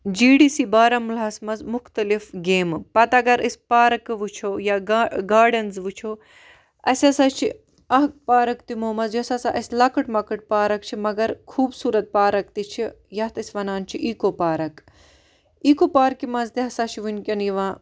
جی D C بالہمُلہَس مَنٛز مُختلِف گیمہٕ پَتہٕ اگر أسۍ پارکہٕ وٕچھو یا گاڑنٛز وٕچھو اَسہِ ہَسا چھِ اکھ پارَک تِمو مَنٛز یۄس ہَسا اَسہِ لَکٕٹۍ مَکٕٹۍ پارَک چھِ مگر خوٗبصورَت پارَک تہِ چھِ یتھ أسۍ وَنان چھِ ایکو پارَک ایکو پارَکہِ مَنٛز تہِ ہَسا چھِ وِنکٮ۪ن یِوان